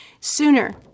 sooner